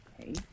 Okay